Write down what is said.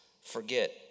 forget